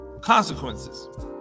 consequences